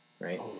right